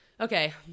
okay